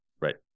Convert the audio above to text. Right